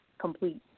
complete